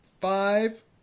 five